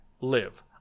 live